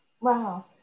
Wow